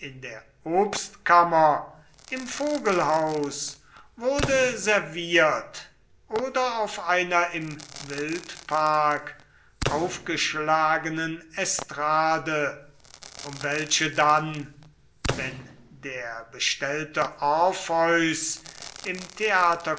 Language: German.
der obstkammer im vogelhaus wurde serviert oder auf einer im wildpark aufgeschlagenen estrade um welche dann wenn der bestellte orpheus im